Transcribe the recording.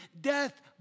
death